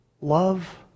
love